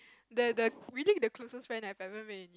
the the really the closest friend I have ever made in